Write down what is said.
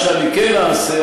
מה שאני כן אעשה,